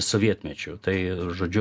sovietmečiu tai žodžiu